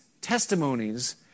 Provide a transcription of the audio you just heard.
testimonies